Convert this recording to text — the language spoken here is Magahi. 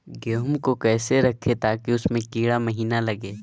गेंहू को कैसे रखे ताकि उसमे कीड़ा महिना लगे?